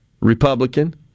Republican